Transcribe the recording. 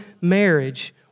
marriage